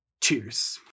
Cheers